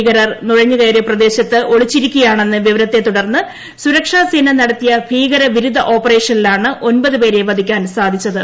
ഭീകരർ നുഴഞ്ഞ് കയറി പ്രദേശത്ത് ഒളിച്ചിരിക്കുകൃതാണെന്ന വിവരത്തെ തുടർന്ന് സുരക്ഷസേന നടത്തിയ ഭ്രീകൃത്വിരുദ്ധ ഓപ്പറേഷനിലാണ് ഒൻപത് പേരെ വധിക്കാൻ സാധ്രിച്ചത്